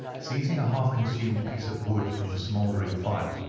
seizing a half-consumed piece of wood from the smouldering fire,